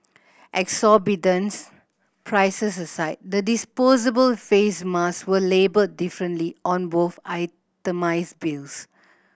exorbitant prices aside the disposable face mask were labelled differently on both itemised bills